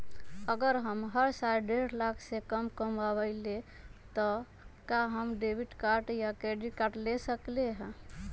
अगर हम हर साल डेढ़ लाख से कम कमावईले त का हम डेबिट कार्ड या क्रेडिट कार्ड ले सकली ह?